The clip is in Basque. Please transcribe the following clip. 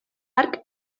hark